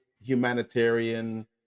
humanitarian